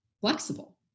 flexible